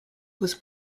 was